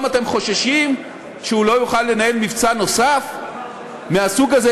אתם חוששים שהוא לא יוכל לנהל מבצע נוסף מהסוג הזה,